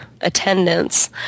attendance